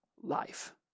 life